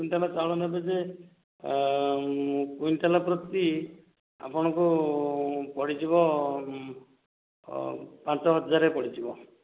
ଦି quintal ଚାଉଳ ନେବେ ଯେ ଏ କୁଇଣ୍ଟାଲ୍ ପ୍ରତି ଆପଣଙ୍କୁ ପଡ଼ିଯିବ ପାଞ୍ଚ ହଜାର ପଡ଼ିଯିବ